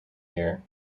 year